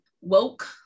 woke